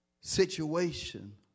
situation